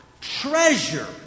Treasure